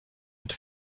mit